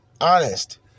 honest